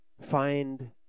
Find